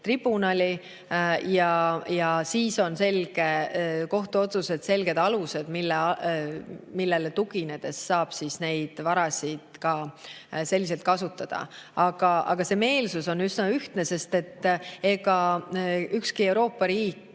tribunali. Ja siis on kohtuotsustel selged alused, millele tuginedes saab neid varasid selliselt kasutada. Aga meelsus on üsna ühtne, sest ega ükski Euroopa riik